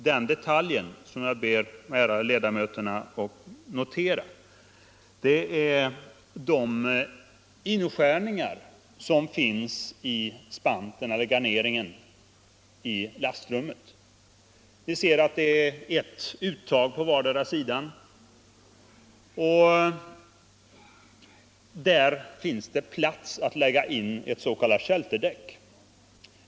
Den detalj jag ber de ärade ledamöterna notera är de inskärningar som finns i garneringen i lastrummet. Vi ser att det är en inskärning på vardera sidan. Där finns det plats att lägga ett s.k. shelterdäck.